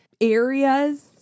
areas